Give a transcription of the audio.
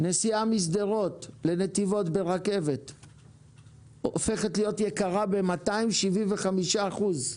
נסיעה משדרות לנתיבות ברכבת הופכת להיות יקרה ב-275 אחוזים.